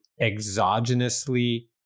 exogenously